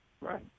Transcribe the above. Right